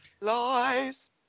Lies